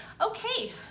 okay